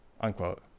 Unquote